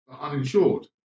uninsured